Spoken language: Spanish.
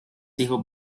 hijos